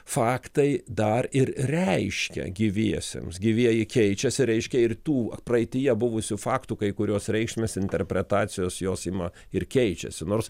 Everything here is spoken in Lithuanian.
faktai dar ir reiškia gyviesiems gyvieji keičiasi reiškia ir tų praeityje buvusių faktų kai kurios reikšmės interpretacijos jos ima ir keičiasi nors